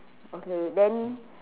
okay then